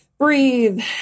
Breathe